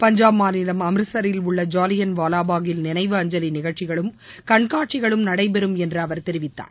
பஞ்சாப் மாநிலம் அம்ரிஸ்டரில் உள்ள ஜாலியன் வாலாபாக்கில் நினைவு அஞ்சலி நிகழ்ச்சிகளும் கண்காட்சிகளும் நடைபெறும் என்று அவர் தெரிவித்தார்